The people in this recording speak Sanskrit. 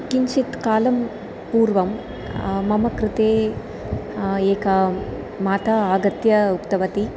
किञ्चित् कालं पूर्वं मम कृते एका माता आगत्य उक्तवती